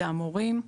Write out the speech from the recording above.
זה המורים.